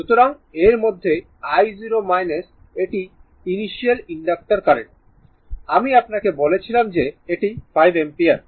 সুতরাং এর মধ্যে i0 এটি ইনিশিয়াল ইনডাক্টর কারেন্ট আমি আপনাকে বলেছিলাম যে এটি 5 অ্যাম্পিয়ার